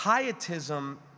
Pietism